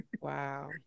Wow